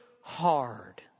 hard